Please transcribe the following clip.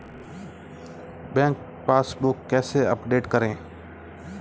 Bank passbook कैसे update करें?